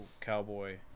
cowboy